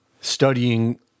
studying